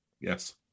Yes